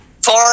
Four